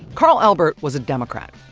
carl albert was a democrat.